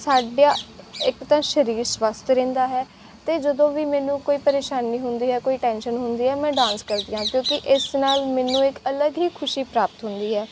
ਸਾਡਾ ਇੱਕ ਤਾਂ ਸਰੀਰ ਸਵੱਸਥ ਰਹਿੰਦਾ ਹੈ ਅਤੇ ਜਦੋਂ ਵੀ ਮੈਨੂੰ ਕੋਈ ਪਰੇਸ਼ਾਨੀ ਹੁੰਦੀ ਹੈ ਕੋਈ ਟੈਂਸ਼ਨ ਹੁੰਦੀ ਹੈ ਮੈਂ ਡਾਂਸ ਕਰਦੀ ਹਾਂ ਕਿਉਂਕਿ ਇਸ ਨਾਲ ਮੈਨੂੰ ਇੱਕ ਅਲੱਗ ਹੀ ਖੁਸ਼ੀ ਪ੍ਰਾਪਤ ਹੁੰਦੀ ਹੈ